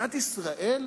מדינת ישראל,